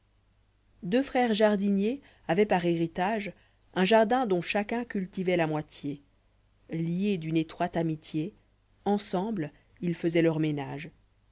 deux frères jardiniers avoient par héritage un jardin dont chacun cultivoit la moitié liés d'une étroite amitié ensemble ils faisoient leur ménage